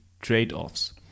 trade-offs